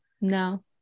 no